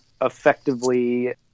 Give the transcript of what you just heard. effectively